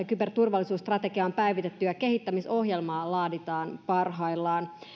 kyberturvallisuusstrategia on päivitetty ja kehittämisohjelmaa laaditaan parhaillaan